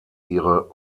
ihre